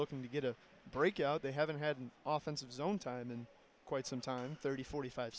looking to get a break out they haven't had an office of zone time in quite some time thirty forty five